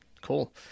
Cool